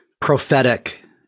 prophetic